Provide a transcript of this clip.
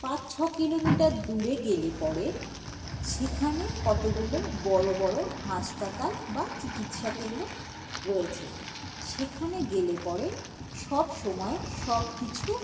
পাঁচ ছ কিলোমিটার দূরে গেলে পরে সেখানে কতগুলো বড়ো বড়ো হাসপাতাল বা চিকিৎসাকেন্দ্র রয়েছে সেখানে গেলে পরে সবসময় সব কিছু